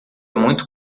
muito